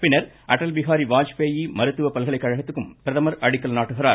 பின்னர் அடல்பிஹாரி வாஜ்பேயி மருத்துவ பல்கலைக் கழகத்திற்கும் பிரதமர் அடிக்கல் நாட்டுகிறார்